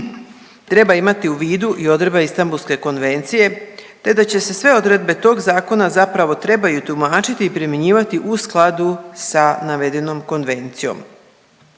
treba imati u vidu i odredba Istanbulske konvencije, te da će se sve odredbe tog zakona zapravo trebaju tumačiti i primjenjivati u skladu sa navedenom konvencijom.